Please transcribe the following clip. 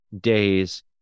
days